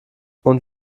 und